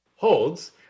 holds